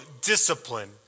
discipline